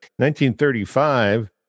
1935